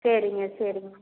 சரிங்க சரிங்க